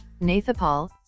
Nathapal